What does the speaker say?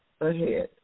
ahead